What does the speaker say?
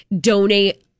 donate